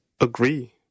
agree